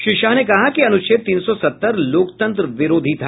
श्री शाह ने कहा कि अनुच्छेद तीन सौ सत्तर लोकतंत्र विरोधी था